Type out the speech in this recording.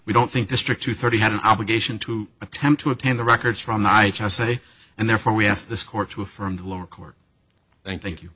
we don't think district two thirty had an obligation to attempt to attend the records from the i say and therefore we asked this court to affirm the lower court thank you